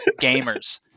gamers